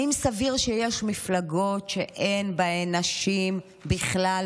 האם סביר שיש מפלגות שאין בהן נשים בכלל,